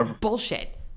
bullshit